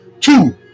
two